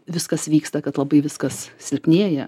viskas vyksta kad labai viskas silpnėja